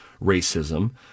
racism